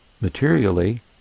materially